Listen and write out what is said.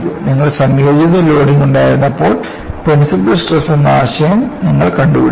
നിങ്ങൾ സംയോജിത ലോഡിംഗ് ഉണ്ടായിരുന്നപ്പോൾ പ്രിൻസിപ്പൾ സ്ട്രെസ് എന്ന ആശയം നിങ്ങൾ കണ്ടുപിടിച്ചു